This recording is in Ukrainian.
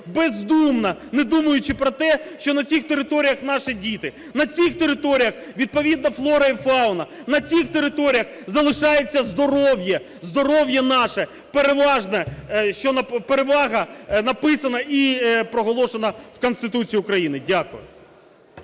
бездумно, не думаючи про те, що на цих територіях наші діти, на цих територіях відповідна флора і фауна, на цих територіях залишається здоров'я, здоров'я наше переважне… що перевага написана і проголошена в Конституції України. Дякую.